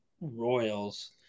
Royals